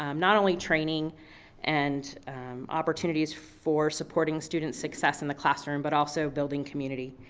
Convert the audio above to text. um not only training and opportunities for supporting student success in the classroom, but also building community.